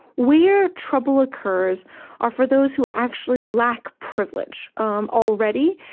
where trouble occurs are for those who actually lack privilege um already,